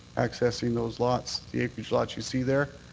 accessing those lots, the acreage lots you see there.